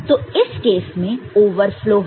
तो इस केस में ओवरफ्लो है